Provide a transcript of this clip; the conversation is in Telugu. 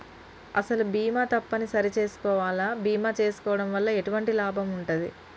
అసలు బీమా తప్పని సరి చేసుకోవాలా? బీమా చేసుకోవడం వల్ల ఎటువంటి లాభం ఉంటది?